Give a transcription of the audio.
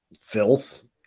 filth